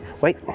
wait